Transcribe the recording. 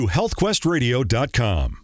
HealthQuestRadio.com